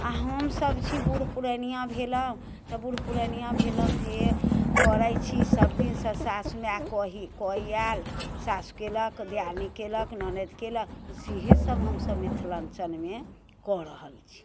आओर हमसब छी बुढ पुरनिआ भेलहुँ तऽ बुढ़ पुरनिआ भेलहुँ जे करै छी सबदिनसँ साउस माय कहि कहि आयल साउस केलक दियादनी केलक ननदि केलक सेहे सब हमसब मिथिलाञ्चलमे कऽ रहल छी